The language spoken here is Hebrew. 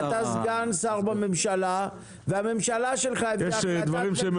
אתה סגן שר בממשלה והממשלה שלך בהחלטת